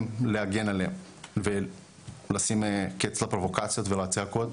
להגן עליהם ולשים קץ לפרובוקציות ולצעקות,